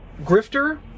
Grifter